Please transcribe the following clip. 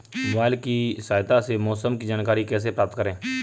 Mobile की सहायता से मौसम की जानकारी कैसे प्राप्त करें?